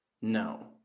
No